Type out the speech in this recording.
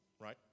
right